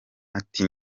ati